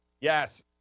Yes